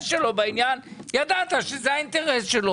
שלו בעניין ואז ידעת שזה האינטרס שלו